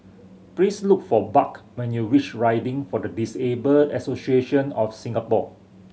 please look for Buck when you reach Riding for the Disabled Association of Singapore